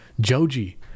Joji